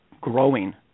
growing